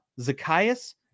zacchaeus